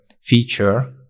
feature